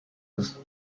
ist